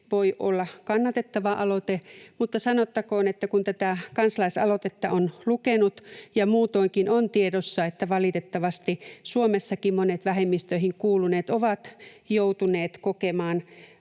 voi olla kannatettava aloite. Mutta sanottakoon, että kun tätä kansalaisaloitetta on lukenut ja muutoinkin on tiedossa, että valitettavasti Suomessakin monet vähemmistöihin kuuluneet ovat joutuneet kokemaan